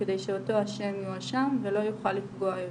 כדי שאותו אשם יואשם ולא יוכל לפגוע יותר.